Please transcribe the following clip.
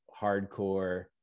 hardcore